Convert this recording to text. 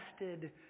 invested